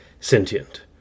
sentient